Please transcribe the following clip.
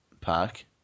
pack